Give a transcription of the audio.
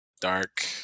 dark